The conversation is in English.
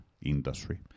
Industry